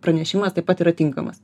pranešimas taip pat yra tinkamas